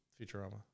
Futurama